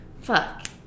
fuck